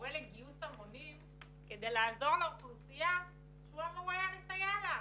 קורא לגיוס המונים כדי לעזור לאוכלוסייה שהוא אמור היה לסייע לה,